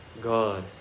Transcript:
God